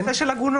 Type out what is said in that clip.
במקרה של עגונות.